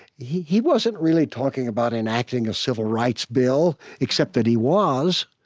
he he wasn't really talking about enacting a civil rights bill, except that he was.